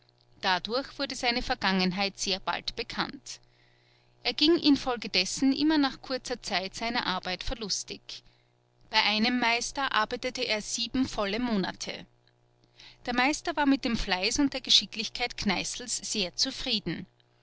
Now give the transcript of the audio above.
dadurch wurde seine vergangenheit sehr bald bekannt er ging infolgedessen immer nach kurzer zeit seiner arbeit verlustig bei einem meister arbeitete er sieben volle monate der meister war mit dem fleiß und der geschicklichkeit kneißls sehr zufrieden